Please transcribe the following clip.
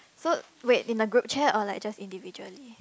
so wait in the group chat or like just individually